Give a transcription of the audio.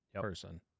person